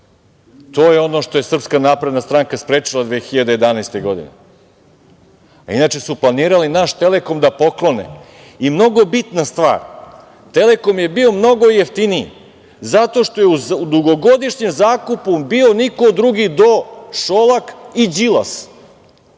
To je ono što je SNS sprečila 2011. godine. Inače su planirali naš Telekom da poklone. I mnogo bitna stvar, Telekom je bio mnogo jeftiniji zato što je u dugogodišnjem zakupu bio niko drugi do Šolak i Đilas,